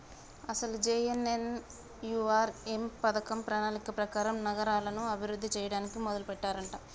అసలు జె.ఎన్.ఎన్.యు.ఆర్.ఎం పథకం ప్రణాళిక ప్రకారం నగరాలను అభివృద్ధి చేయడానికి మొదలెట్టారంట